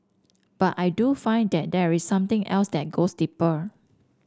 but I do find that there is something else that goes deeper